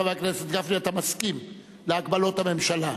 חבר הכנסת גפני, אתה מסכים להגבלות הממשלה?